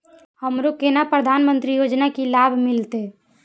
हमरो केना प्रधानमंत्री योजना की लाभ मिलते?